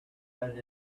but